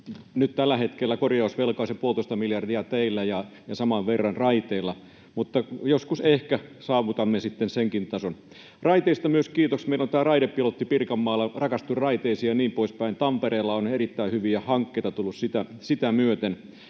Nyt tällä hetkellä korjausvelka on se puolitoista miljardia teillä ja saman verran raiteilla, mutta joskus ehkä saavutamme sitten senkin tason. Raiteista myös kiitos. Meillä on tämä raidepilotti Pirkanmaalla, Rakastu raiteisiin ja niin poispäin. Tampereella on erittäin hyviä hankkeita tullut sitä myöten